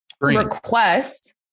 request